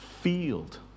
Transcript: field